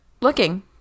looking